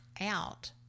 out